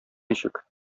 ничек